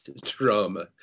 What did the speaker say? drama